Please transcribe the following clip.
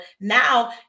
now